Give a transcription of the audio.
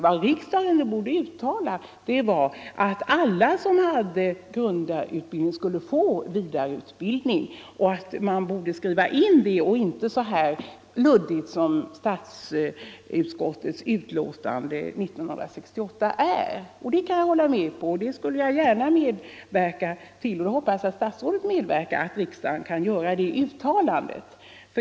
Vad riksdagen borde uttala var, att alla som har grundutbildning skulle få vidareutbildning. Man borde klart ange det och inte skriva så här luddigt som i utskottets betänkande. Jag hoppas att statsrådet vill medverka till att riksdagen kan göra ett sådant uttalande.